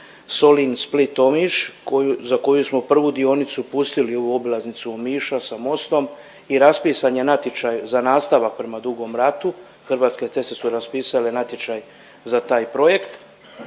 Solin-Split-Omiš za koju smo prvu dionicu pustili ovu obilaznicu Omiša sa mostom i raspisan je natječaj za nastavak prema Dugom Ratu, Hrvatske ceste su raspisale natječaj za taj projekt.